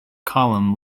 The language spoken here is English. column